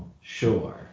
sure